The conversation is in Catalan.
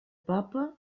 papa